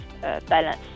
balance